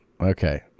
Okay